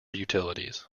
utilities